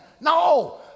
no